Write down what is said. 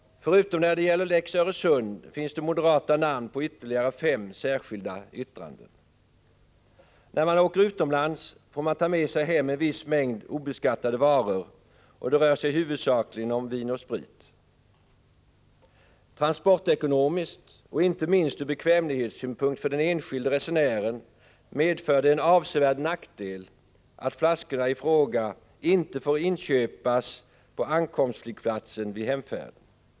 Förutom när det gäller lex Öresund finns det moderata namn vid ytterligare fem särskilda yttranden. När man åker utomlands får man ta med sig hem en viss mängd obeskattade varor; det rör sig huvudsakligen om vin och sprit. Transportekonomiskt och inte minst ur den enskilde resenärens bekvämlighetssynpunkt medför det en avsevärd nackdel att flaskorna i fråga inte får inköpas på ankomstflygplatsen vid hemfärden.